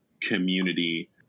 community